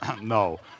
no